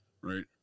right